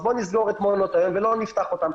אז בוא נסגור את מעונות היום ולא נפתח אותם.